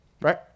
right